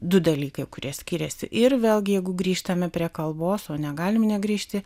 du dalykai kurie skiriasi ir vėlgi jeigu grįžtame prie kalbos o negalime negrįžti